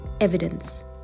evidence